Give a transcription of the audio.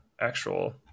actual